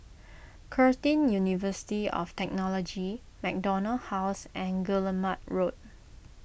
Curtin University of Technology MacDonald House and Guillemard Road